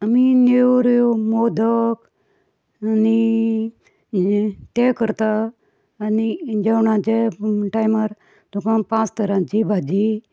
चवथीक आमी नेवऱ्यो मोदक आनी तें करता आनी जेवणाच्या टायमार लोकांक पांच तरांचीं भाजी